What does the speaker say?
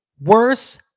Worse